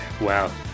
Wow